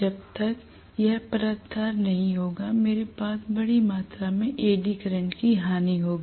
जब तक यह परतदार नहीं होगा मेरे पास बड़ी मात्रा में एड़ी करंट की हानि होगी